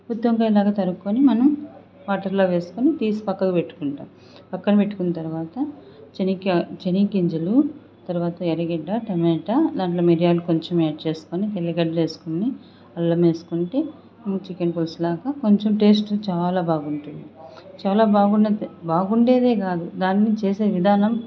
గుత్తొంకాయ లాగా తరుక్కొని మనం వాటర్లో వేసుకొని తీసి పక్కకు పెట్టుకుంటాం పక్కనపెట్టుకొనిన తరువాత చెనిక్కాయ చెనిగింజలు తరువాత ఎరగడ్డ టమోటా దాంట్లో మిరియాలు కొంచెం యాడ్ చేసుకొని వెల్లిగడ్డలేసుకొని అల్లమేసుకుంటే చికెన్ పులుసు లాగా కొంచెం టేస్ట్ చాలా బాగుంటుంది చాలా బాగుం బాగుండేదే కావు దాని చేసే విధానం